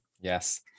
Yes